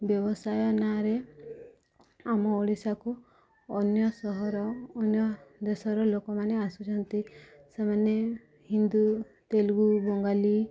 ବ୍ୟବସାୟ ନାଁରେ ଆମ ଓଡ଼ିଶାକୁ ଅନ୍ୟ ସହର ଅନ୍ୟ ଦେଶର ଲୋକମାନେ ଆସୁଛନ୍ତି ସେମାନେ ହିନ୍ଦୁ ତେଲୁଗୁ ବଙ୍ଗାଳୀ